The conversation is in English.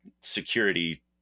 security